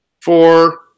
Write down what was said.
four